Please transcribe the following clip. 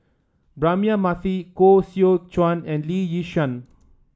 Braema Mathi Koh Seow Chuan and Lee Yi Shyan